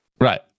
Right